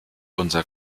unser